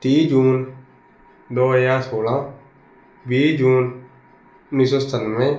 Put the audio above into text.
ਤੀਹ ਜੂਨ ਦੋ ਹਜ਼ਾਰ ਸੋਲ੍ਹਾਂ ਵੀਹ ਜੂਨ ਉੱਨੀ ਸੌ ਸਤਾਨਵੇਂ